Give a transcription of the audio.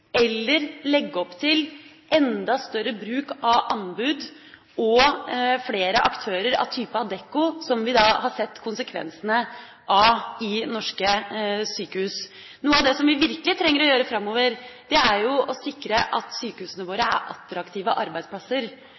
eller legge opp til enda større bruk av anbud og flere aktører, som Adecco, som vi har sett konsekvensene av i norske sykehus. Noe av det vi virkelig trenger å gjøre framover, er å sikre at sykehusene våre er attraktive arbeidsplasser.